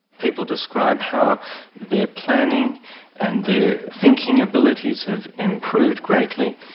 people describe how their planning and their thinking abilities have improved greatly,